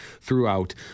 throughout